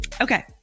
Okay